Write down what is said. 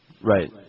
Right